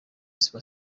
super